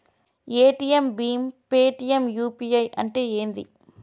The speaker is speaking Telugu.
పేటిఎమ్ భీమ్ పేటిఎమ్ యూ.పీ.ఐ అంటే ఏంది?